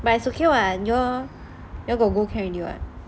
but it's okay [what] you all got go can already [what]